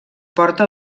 porta